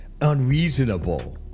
unreasonable